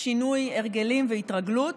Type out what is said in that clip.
שינוי הרגלים והתרגלות,